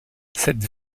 cette